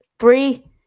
Three